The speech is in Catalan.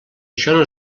això